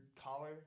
collar